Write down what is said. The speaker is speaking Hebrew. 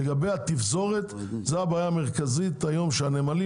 --- לגבי התפזורת זאת הבעיה המרכזית היום שהנמלים